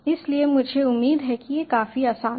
इसलिए मुझे उम्मीद है कि यह काफी आसान था